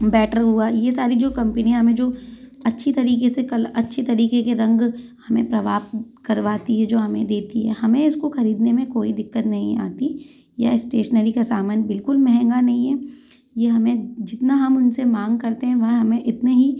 better हुआ ये सारी जो कम्पनीयाँ हमें जो अच्छी तरीके से कल अच्छी तरीके के रंग हमें प्रभाव करवाती है जो हमें देती है हमें इसको खरीदने में कोई दिक्कत नहीं आती यह स्टेशनरी का सामान बिल्कुल महंगा नहीं है यह हमें जितना हम उनसे मांग करते हैं वह हमें इतने ही